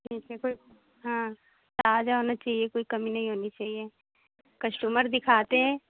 ऐसे तो हाँ आ जाना चाहिए कोई कमी नहीं होनी चाहिए कश्टमर भी खाते हैं